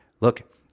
look